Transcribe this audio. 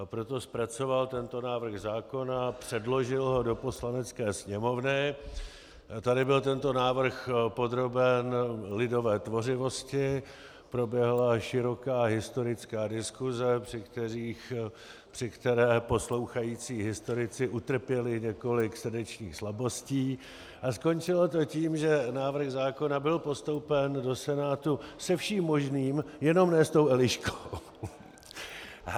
Proto zpracoval tento návrh zákona, předložil ho do Poslanecké sněmovny, tady byl tento návrh podroben lidové tvořivosti, proběhla široká historická diskuse, při které poslouchající historici utrpěli několik srdečních slabostí, a skončilo to tím, že návrh zákona byl postoupen do Senátu se vším možným, jenom ne s tou Eliškou.